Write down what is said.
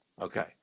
Okay